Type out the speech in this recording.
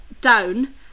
down